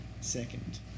second